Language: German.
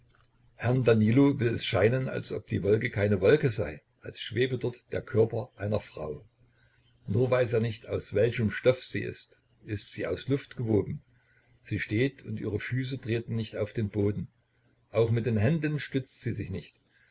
will es scheinen als ob die wolke keine wolke sei als schwebe dort der körper einer frau nur weiß er nicht aus welchem stoff sie ist ist sie aus luft gewoben sie steht und ihre füße treten nicht auf den boden auch mit den händen stützt sie sich nicht